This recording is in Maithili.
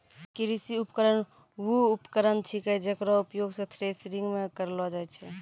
कृषि उपकरण वू उपकरण छिकै जेकरो उपयोग सें थ्रेसरिंग म करलो जाय छै